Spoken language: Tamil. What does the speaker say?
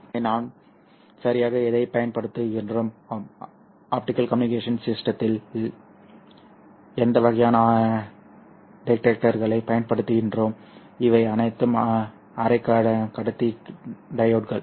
எனவே நாம் சரியாக எதைப் பயன்படுத்துகிறோம் ஆப்டிகல் கம்யூனிகேஷன் சிஸ்டத்தில் எந்த வகையான டிடெக்டர்களைப் பயன்படுத்துகிறோம் இவை அனைத்தும் அரைக்கடத்தி டையோட்கள்